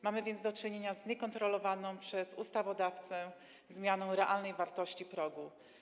Mamy więc do czynienia z niekontrolowaną przez ustawodawcę zmianą realnej wartości progu.